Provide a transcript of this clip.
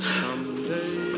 someday